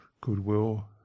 goodwill